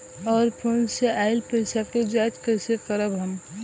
और फोन से आईल पैसा के जांच कैसे करब हम?